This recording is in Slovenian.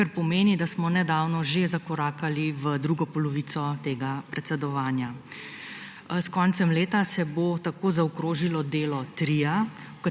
kar pomeni, da smo nedavno že zakorakali v drugo polovico tega predsedovanja. S koncem leta se bo tako zaokrožilo delo tria,